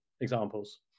examples